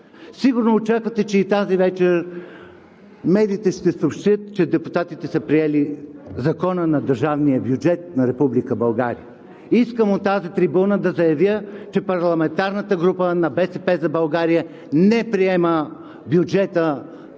Сигурно очаквате, че и тази вечер медиите ще съобщят, че депутатите са приели Закона за държавния бюджет на Република България? Искам от тази трибуна да заявя, че парламентарната група на „БСП за България“ не приема бюджета